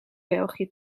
belgië